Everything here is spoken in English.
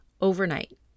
overnight